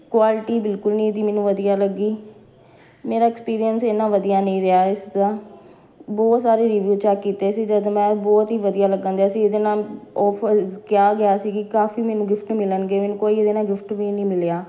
quality ਬਿਲਕੁਲ ਨਹੀਂ ਇਹਦੀ ਮੈਨੂੰ ਵਧੀਆ ਲੱਗੀ ਮੇਰਾ ਐਕਸਪੀਰੀਅੰਸ ਇੰਨਾ ਵਧੀਆ ਨਹੀਂ ਰਿਹਾ ਇਸਦਾ ਬਹੁਤ ਸਾਰੇ ਰਿਵਿਊ ਚੈੱਕ ਕੀਤੇ ਸੀ ਜਦੋਂ ਮੈਂ ਬਹੁਤ ਹੀ ਵਧੀਆ ਲੱਗਣ ਦਿਆਂ ਸੀ ਇਹਦੇ ਨਾਲ ਓਫਰਜ਼ ਕਿਹਾ ਗਿਆ ਸੀ ਕਿ ਕਾਫ਼ੀ ਮੈਨੂੰ ਗਿਫਟ ਮਿਲਣਗੇ ਮੈਨੂੰ ਕੋਈ ਇਹਦੇ ਨਾਲ ਗਿਫਟ ਵੀ ਨਹੀਂ ਮਿਲਿਆ